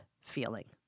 feeling